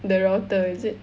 the router is it